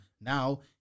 Now